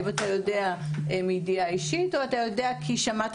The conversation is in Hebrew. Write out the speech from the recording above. האם אתה יודע מידיעה אישית או אתה יודע כי שמעת